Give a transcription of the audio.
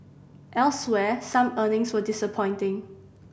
elsewhere some earnings were disappointing